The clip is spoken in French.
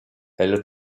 elle